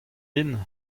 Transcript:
din